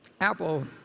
Apple